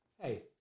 Hey